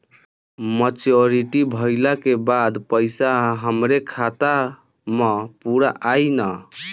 Maturity भईला के बाद पईसा हमरे खाता म पूरा आई न?